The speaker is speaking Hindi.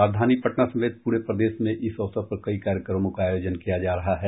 राजधानी पटना समेत पूरे प्रदेश में इस अवसर पर कई कार्यक्रमों का आयोजन किया जा रहा है